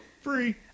free